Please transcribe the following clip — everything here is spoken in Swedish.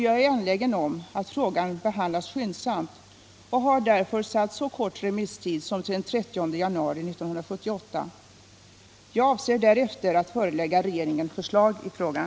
Jag är angelägen om att frågan behandlas skyndsamt och har därför satt så kort remisstid som till den 30 januari 1978. Därefter avser jag att förelägga regeringen förslag i frågan.